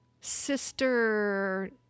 sister